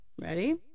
ready